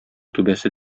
түбәсе